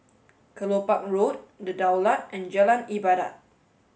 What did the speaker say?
Kelopak Road The Daulat and Jalan Ibadat